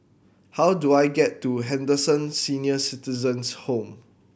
how do I get to Henderson Senior Citizens' Home